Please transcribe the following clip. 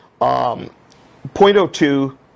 0.02